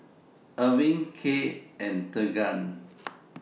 Ervin Cade and Tegan